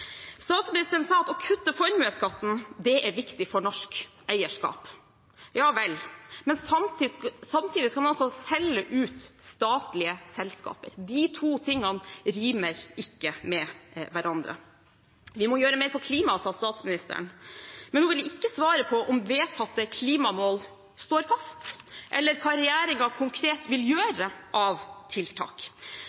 Statsministeren sa at å kutte formuesskatten er viktig for norsk eierskap. Ja vel. Men samtidig skal man altså selge ut statlige selskaper. De to tingene rimer ikke med hverandre. Vi må gjøre mer på klima, sa statsministeren, men hun ville ikke svare på om vedtatte klimamål står fast, eller hva regjeringen konkret vil